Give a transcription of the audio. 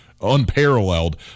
Unparalleled